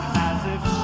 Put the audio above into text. as if